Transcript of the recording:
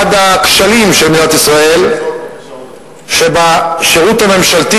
אחד הכשלים של מדינת ישראל, שבשירות הממשלתי